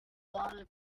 wall